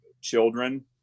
children